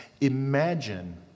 Imagine